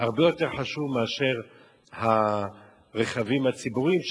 זה הרבה יותר חשוב מעניין הרכבים הציבוריים,